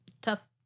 Tough